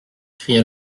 cria